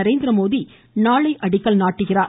நரேந்திரமோடி நாளை அடிக்கல் நாட்டுகிறார்